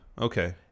Okay